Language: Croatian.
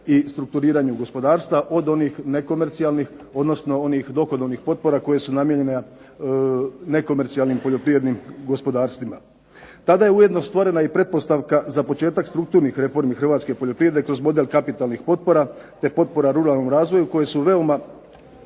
i strukturiranju gospodarstva od onih nekomercijalnih odnosno onih dohodovnih potpora koje su namijene onim nekomercijalnim poljoprivrednim gospodarstvima. Tada je ujedno stvorena i pretpostavka za početak strukturnih reformi Hrvatske poljoprivrede kroz model kapitalnih potpora, te potpora ruralnom razvoju koje su s